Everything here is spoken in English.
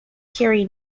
carrie